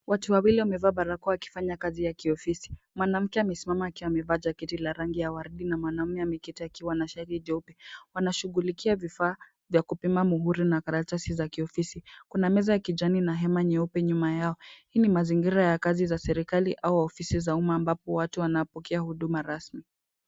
Watu wawili wamevaa barakoa wakifanya kazi ya kiofisi. Mwanamke amesimama akiwa amevaa jaketi la rangi ya waridi na mwanaume ameketi akiwa na shati jeupe. Wanashughulikia vifaa vya kupiga muhuri na karatasi za kiofisi. Kuna meza ya kijani na hema nyeupe nyuma yao. Hii ni mazingira ya kazi za serikali au ofisi za uma ambapo watu wanapokea huduma rasmi.